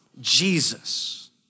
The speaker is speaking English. Jesus